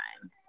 time